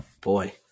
Boy